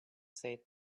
said